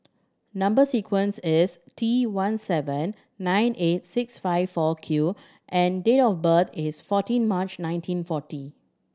number sequence is T one seven nine eight six five four Q and date of birth is fourteen March nineteen forty